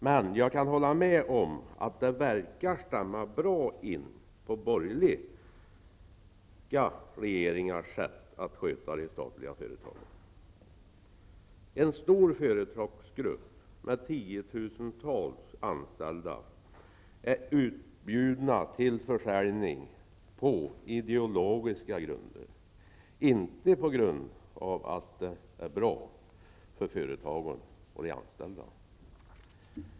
Men jag kan hålla med om att det verkar stämma bra in på borgerliga regeringars sätt att sköta de statliga företagen. En stor företagsgrupp med tiotusentals anställda är utbjuden till försäljning på ideologiska grunder, inte på grund av att det är bra för företagen och de anställda.